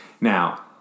Now